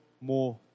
more